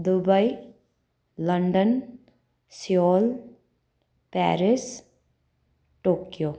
Dubai London Seoul Paris Tokyo